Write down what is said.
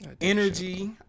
Energy